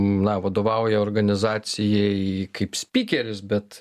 na vadovauja organizacijai kaip spykeris bet